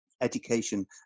education